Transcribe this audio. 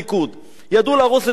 ידעו להרוס את גוש-קטיף,